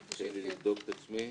כן,